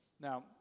Now